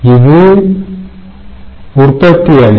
இது உற்பத்தி அணி